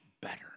better